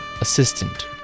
assistant